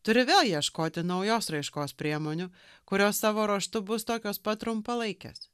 turi vėl ieškoti naujos raiškos priemonių kurios savo ruožtu bus tokios pat trumpalaikės